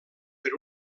per